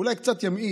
אולי זה קצת ימעיט